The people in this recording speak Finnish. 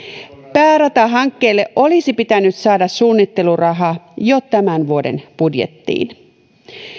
pääratahankkeelle olisi pitänyt saada suunnitteluraha jo tämän vuoden budjettiin